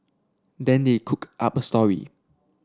then they cooked up a story